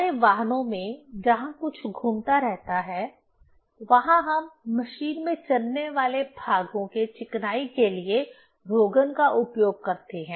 हमारे वाहनों में जहाँ कुछ घूमता रहता है वहाँ हम मशीन में चलने वाले भागों के चिकनाई के लिए रोग़न का उपयोग करते हैं